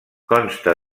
consta